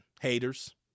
haters